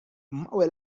małe